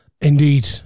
indeed